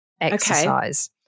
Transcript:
exercise